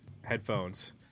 headphones